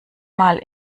mal